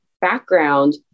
background